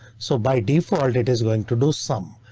so by default it is going to do some.